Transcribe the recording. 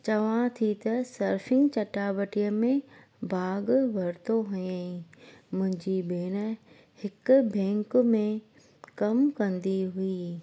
चवां थी त सर्फिंग चटाबेटीअ में भाॻु वरितो हुयईं मुंहिंजी भेण हिकु बैंक में कमु कंदी हुई